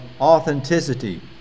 authenticity